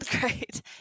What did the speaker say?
Great